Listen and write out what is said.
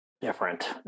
different